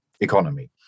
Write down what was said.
economy